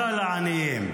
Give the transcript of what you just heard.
לעניים.